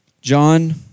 John